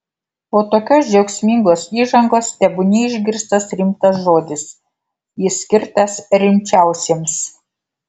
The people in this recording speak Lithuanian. po tokios džiaugsmingos įžangos tebūnie išgirstas rimtas žodis jis skirtas rimčiausiems